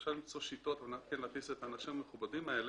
אפשר למצוא שיטות על מנת כן להטיס את האנשים המכובדים האלה.